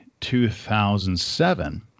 2007